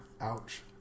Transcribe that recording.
Ouch